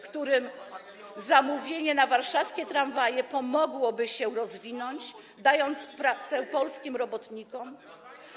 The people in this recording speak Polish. którym zamówienie na warszawskie tramwaje pomogłoby się rozwinąć i dałoby pracę polskim robotnikom?